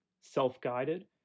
self-guided